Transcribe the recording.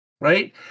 right